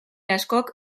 askok